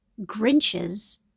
Grinches